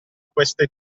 queste